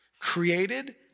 created